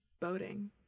Boating